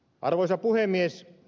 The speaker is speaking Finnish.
arvoisa puhemies